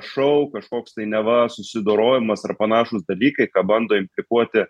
šou kažkoks tai neva susidorojimas ar panašūs dalykai ką bando implikuoti